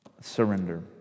Surrender